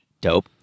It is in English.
Dope